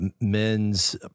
men's